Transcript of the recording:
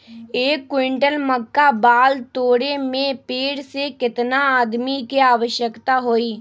एक क्विंटल मक्का बाल तोरे में पेड़ से केतना आदमी के आवश्कता होई?